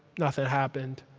nothing happened.